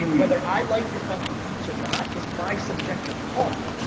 whether i like your fuckin' beats or not, is my subjective call.